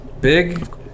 Big